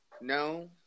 no